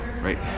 right